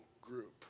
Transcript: group